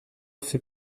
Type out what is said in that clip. fait